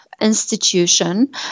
institution